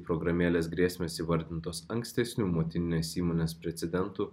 programėlės grėsmės įvardintos ankstesnių motininės įmonės precedentų